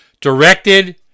directed